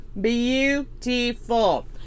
beautiful